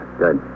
Good